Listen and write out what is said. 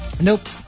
Nope